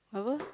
apa